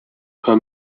her